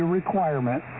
requirement